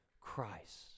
Christ